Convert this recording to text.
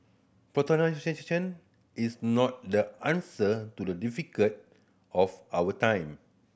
is not the answer to the difficult of our time